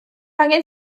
angen